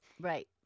Right